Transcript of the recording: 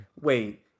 wait